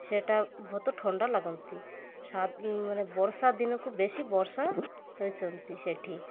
ସେଇଟା ବହୁତ ଥଣ୍ଡା ଲାଗନ୍ତି ମାନେ ବର୍ଷା ଦିନକୁ ବେଶୀ ବର୍ଷା ହୋଇଛନ୍ତି ସେଠି